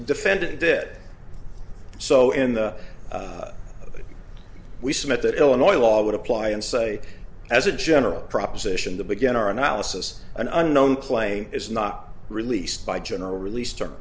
the defendant did so in the we submit that illinois law would apply and say as a general proposition to begin our analysis an unknown claim is not released by general release